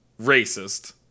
racist